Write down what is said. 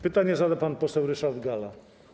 Pytanie zada pan poseł Ryszard Galla.